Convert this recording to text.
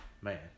man